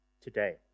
today